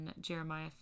Jeremiah